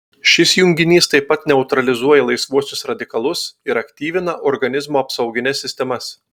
šis junginys taip pat neutralizuoja laisvuosius radikalus ir aktyvina organizmo apsaugines sistemas